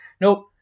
Nope